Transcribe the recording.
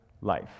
life